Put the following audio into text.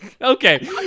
Okay